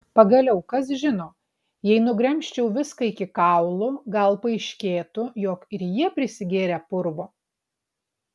pagaliau kas žino jei nugremžčiau viską iki kaulų gal paaiškėtų jog ir jie prisigėrę purvo